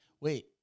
Wait